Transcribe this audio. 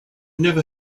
never